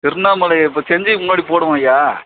திருவண்ணாமலை இப்போ செஞ்சிக்கு முன்னாடி போடுவோம்யா